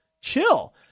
chill